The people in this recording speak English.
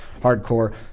Hardcore